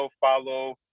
follow